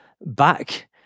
back